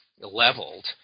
leveled